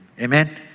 Amen